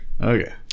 Okay